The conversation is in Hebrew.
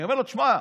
ואני אומר לו: שמע,